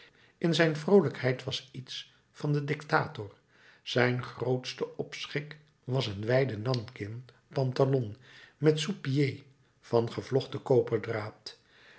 in zijn vroolijkheid was iets van den dictator zijn grootste opschik was een wijde nanking pantalon met souspieds van gevlochten koperdraad